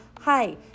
hi